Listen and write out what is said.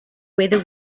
whether